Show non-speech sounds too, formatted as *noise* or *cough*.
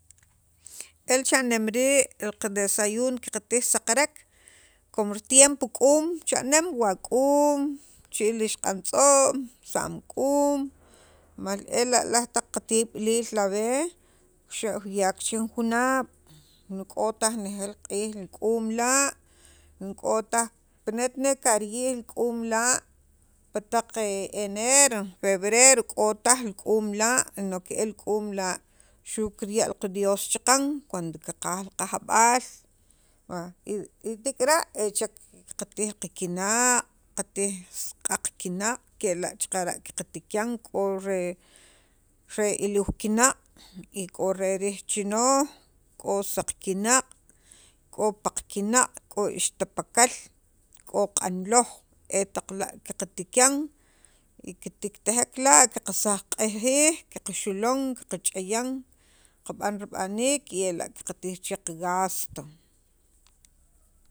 el cha'nem rii' li qadesayuno katij saqarek com tritiempo k'uum cha'neem wa k'uum richi'iil isq'antz'on tza'm k'uum mal ela' qatib'iliil la' ve xa' juyak che jun junaab' ni k'o taj nejeel q'iij li k'uum la' pini't nera' kariyij li k'uum la' pi taq enero, febrero, k'o taj li k'uum la' no que el k'uum la xu' kirya' lo qa Dios chaqan cuando kiqaj li jab'aal y tek'ara' kartij qakinaq' qatij q'aq kinaq' kela' xaqara' qatikan k'o re re iliiw kinaq' k'o re riij chinooj k'o saq kinaq', k'o paqkinaq' ixtipakal, k'o q'nloj etaqla' qatikan y kitiktijek la' qasak'ajiik, qaxulon qach'aya, kab'an rib'aniik y ela' qatij che qagasto, *noise*